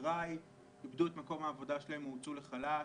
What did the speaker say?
חבריי איבדו את מקום עבודתם או הוצאו לחל"ת,